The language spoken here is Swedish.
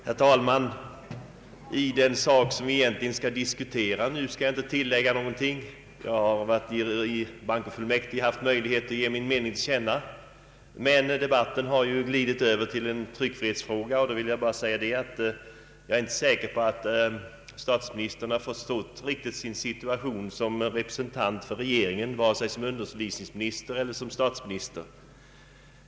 Herr talman! Jag skall inte tillägga någonting i den sakfråga som vi egentligen skall diskutera nu, jag har i bankofullmäktige haft möjlighet att ge min mening till känna. Debatten har emellertid glidit över till att behandla en tryckfrihetsfråga, och då vill jag bara säga att jag inte är säker på att statsministern i detta avseende riktigt har förstått sin situation som representant för regeringen, vare sig som undervisningsminster eller som statsminister.